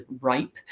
ripe